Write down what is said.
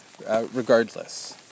regardless